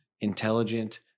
intelligent